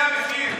זה המחיר.